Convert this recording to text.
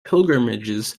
pilgrimages